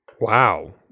Wow